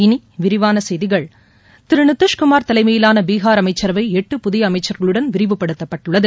இனி விரிவான செய்திகள் நிதிஷ்குமார் தலைமையிலான பீகார் அமைச்சரவை திரு புதிய அமைச்சர்களுடன் விரிவுபடுத்தப்பட்டுள்ளது